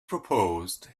proposed